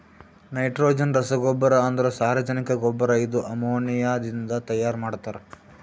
nitrogen ರಸಗೊಬ್ಬರ ಅಂದ್ರ ಸಾರಜನಕ ಗೊಬ್ಬರ ಇದು ಅಮೋನಿಯಾದಿಂದ ತೈಯಾರ ಮಾಡ್ತಾರ್